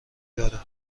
دارم